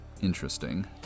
interesting